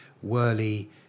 whirly